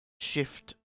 shift